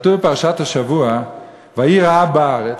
כתוב בפרשת השבוע: "ויהי רעב בארץ,